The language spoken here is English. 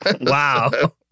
Wow